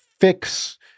fix